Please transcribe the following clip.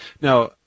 Now